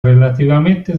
relativamente